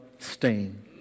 stain